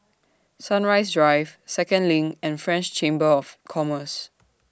Sunrise Drive Second LINK and French Chamber of Commerce